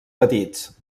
petits